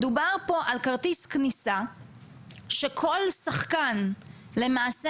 מדובר פה על כרטיס כניסה שכל שחקן למעשה